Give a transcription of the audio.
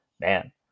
man